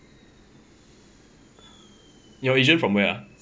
your agent from where ah